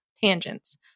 tangents